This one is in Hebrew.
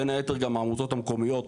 בין היתר גם העמותות המקומיות,